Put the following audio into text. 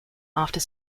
after